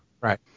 Right